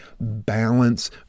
balance